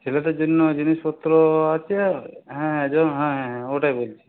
ছেলেদের জন্য জিনিসপত্র আছে হ্যাঁ হ্যাঁ হ্যাঁ হ্যাঁ ওটাই বলছি